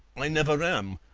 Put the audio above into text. i never am.